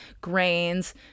grains